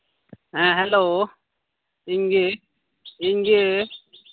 ᱦᱮᱸ ᱦᱮᱞᱳ ᱤᱧᱜᱮ ᱤᱧᱜᱮ